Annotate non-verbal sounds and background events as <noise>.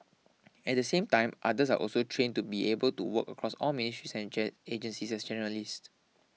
at the same time others are also trained to be able to work across all ministries and <unintelligible> agencies as generalist